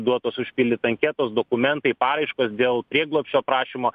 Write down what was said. duotos užpildyt anketos dokumentai paraiškos dėl prieglobsčio prašymo